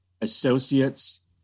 associates